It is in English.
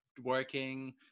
working